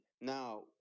Now